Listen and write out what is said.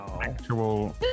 actual